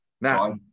Now